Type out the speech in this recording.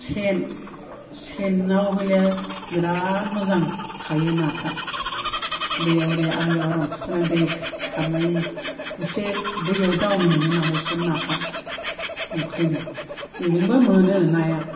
सेन सेनाव हले बिरात मोजां थायो नाफ्रा दैआव ओरै आलिआव आराम फुथुनानै दै खारनाय एसे दैआव दावनो मोनो नालाय फिसोर नाफ्रा ओंखायनो बेजोंबो मोनो नाया